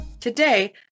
Today